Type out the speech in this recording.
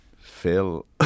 Phil